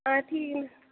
आं ठीक